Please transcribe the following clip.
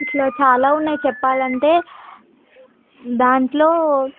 ఇట్లా చాలా ఉన్నాయి చెప్పాలంటే దాంట్లో